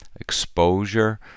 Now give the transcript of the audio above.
exposure